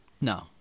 No